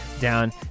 down